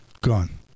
Gone